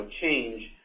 change